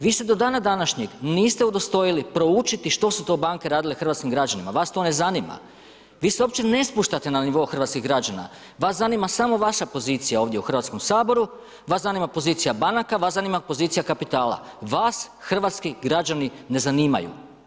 Vi se do dana današnjeg niste udostojili proučiti što su to banke radile hrvatskim građanima, vas to ne zanima, vi se uopće ne spuštate na nivo hrvatskih građana, vas zanima samo vaša pozicija ovdje u Hrvatskom saboru, vas zanima pozicija banaka, vas zanima pozicija kapitala, vas hrvatski građani ne zanimaju.